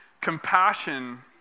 Compassion